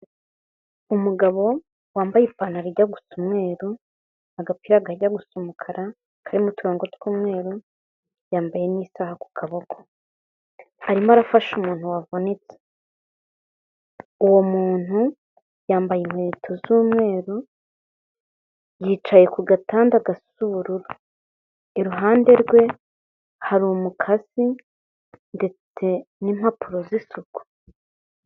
Umugabo wambaye ipantaro ijya gusa umweru, agapira kajya gusa umukara karimo uturongo tw'umweru yambaye n'isaha ku kaboko, arimo arafasha umuntu wavunitse, uwo muntu yambaye inkweto z'umweru, yicaye ku gatanda gasa ubururu, iruhande rwe hari umukasi ndetse n'impapuro z'isuku.